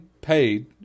paid